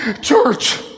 church